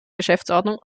geschäftsordnung